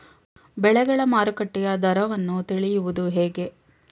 ಬೆಳೆಗಳ ಮಾರುಕಟ್ಟೆಯ ದರವನ್ನು ತಿಳಿಯುವುದು ಹೇಗೆ?